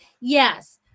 Yes